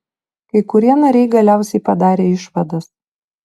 kai kurie nariai galiausiai padarė išvadas